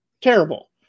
terrible